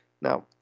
Now